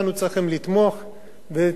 וצריך לתת את התמיכה